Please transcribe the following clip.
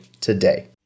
today